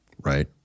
right